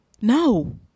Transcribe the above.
no